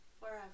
forever